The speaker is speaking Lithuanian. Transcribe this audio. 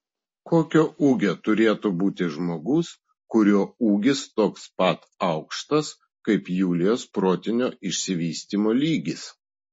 kokio ūgio turėtų būti žmogus kurio ūgis toks pat aukštas kaip julijos protinio išsivystymo lygis